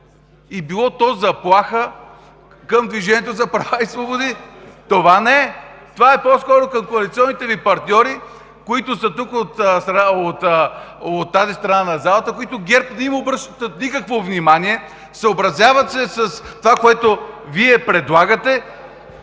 и било то заплаха към „Движението за права и свободи“! Това не е, това е по-скоро към коалиционните Ви партньори, които са тук – от тази страна на залата, на които ГЕРБ не им обръщат никакво внимание, съобразяват се с това, което Вие предлагате.